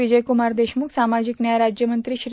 विजयकुमार देशमुख सामाजिक न्याय राज्यमंत्री श्री